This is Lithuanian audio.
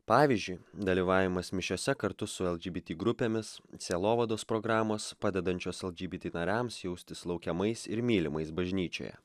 pavyzdžiui dalyvavimas mišiose kartu su lgbt grupėmis sielovados programos padedančios lgbt nariams jaustis laukiamais ir mylimais bažnyčioje